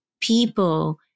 people